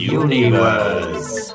universe